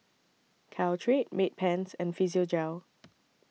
Caltrate Bedpans and Physiogel